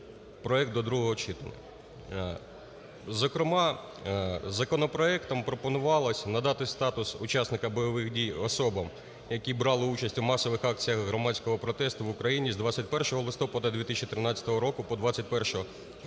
проект до другого читання. Зокрема, законопроектом пропонувалося надати статус учасника бойових дій особам, які брали участь у масових акціях громадського протесту в Україні з 21 листопада 2013 року по 21 лютого